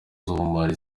z’ubumara